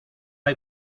hay